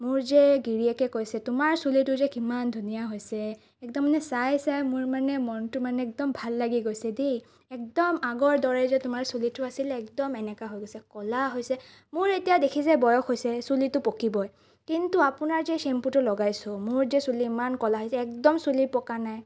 মোৰ যে গিৰিয়েকে কৈছে তোমাৰ চুলিটো যে কিমান ধুনীয়া হৈছে একদম চাই চাই মোৰ মানে মনটো একদম ভাল লাগি গৈছে দেই একদম আগৰ দৰেই যে তোমাৰ চুলিটো আছিল একদম এনেকুৱা হৈ গৈছে ক'লা হৈছে মোৰ এতিয়া দেখিছে বয়স হৈছে চুলিতো পকিবই কিন্তু আপোনাৰ যে চেম্পুটো লগাইছো মোৰ যে চুলি ইমান ক'লা হৈছে একদম চুলি পকা নাই